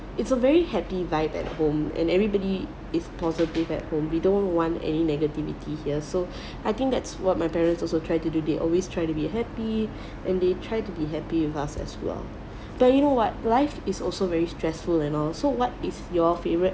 it's a very happy vibe at home and everybody is positive at home we don't want any negativity here so I think that's what my parents also try to do they always try to be happy and they try to be happy with us as well but you know what life is also very stressful and all so what is your favourite